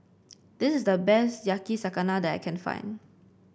this is the best Yakizakana that I can find